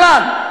בכלל.